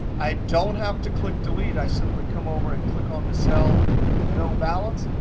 i don't have to click delete, i simply come over and click on the cell with no balance,